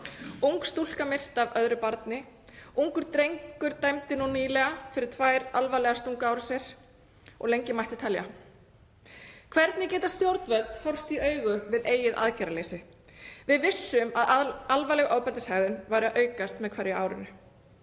ung stúlka myrt af öðru barni, ungur drengur dæmdur nýlega fyrir tvær alvarlegar stunguárásir, og lengi mætti telja. Hvernig geta stjórnvöld horfst í augu við eigið aðgerðaleysi? Við vissum að alvarleg ofbeldishegðun væri að aukast með hverju árinu